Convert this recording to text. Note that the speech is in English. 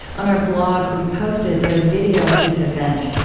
on our blog, we've posted their video of this event.